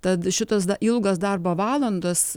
tad šitos ilgos darbo valandos